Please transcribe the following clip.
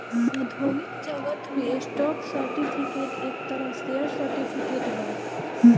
औद्योगिक जगत में स्टॉक सर्टिफिकेट एक तरह शेयर सर्टिफिकेट ह